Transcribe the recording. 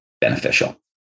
beneficial